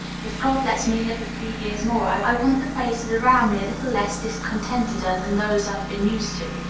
if god lets me live a few years more, i want the faces around me a little less discontenteder than those i've been used to.